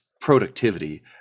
productivity